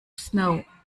snow